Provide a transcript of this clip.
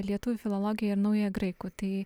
lietuvių filologiją ir naująją graikų tai